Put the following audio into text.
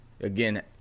again